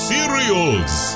Cereals